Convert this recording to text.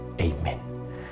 Amen